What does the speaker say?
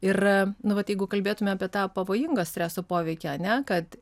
ir nu vat jeigu kalbėtume apie tą pavojingą streso poveikį ar ne kad